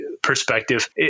Perspective